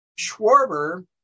Schwarber